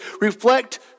reflect